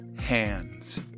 Hands